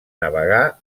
navegar